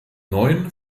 neun